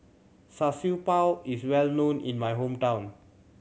Char Siew Bao is well known in my hometown